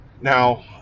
now